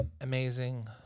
amazing